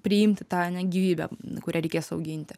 priimti tą ane gyvybę kurią reikės auginti